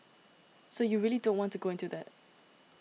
so you really don't want to go into that